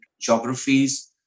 geographies